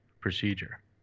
procedure